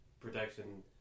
protection